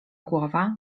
głowa